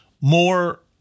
more